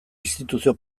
instituzio